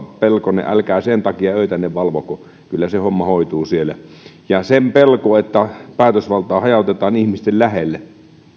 pelkonne älkää sen takia öitänne valvoko kyllä se homma hoituu siellä sen pelko että päätösvaltaa hajautetaan ihmisten lähelle